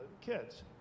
kids